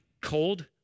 cold